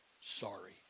Sorry